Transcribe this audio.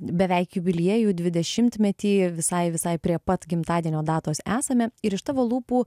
beveik jubiliejų dvidešimtmetį visai visai prie pat gimtadienio datos esame ir iš tavo lūpų